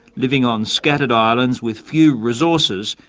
living on scattered islands with few resources.